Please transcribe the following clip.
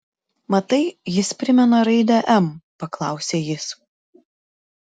matai jis primena raidę m paklausė jis